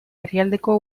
herrialdeko